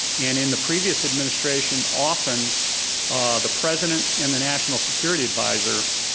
and in the previous administration, often the president and the national security advisor